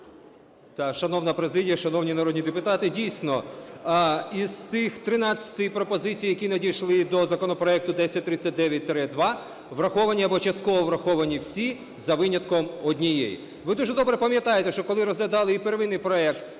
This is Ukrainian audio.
Шановна президія, шановні народні депутати, дійсно, із тих 13 пропозицій, які надійшли до законопроекту 1039-2, враховані або частково враховані всі за винятком однієї. Ви дуже добре пам'ятаєте, що коли розглядали і первинний проект